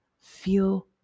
Feel